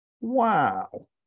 Wow